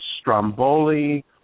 Stromboli